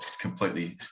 completely